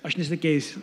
aš nesikeisiu